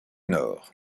nord